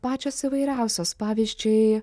pačios įvairiausios pavyzdžiui